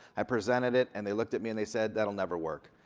i presented it, and they looked at me and they said, that'll never work.